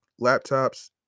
laptops